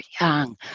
young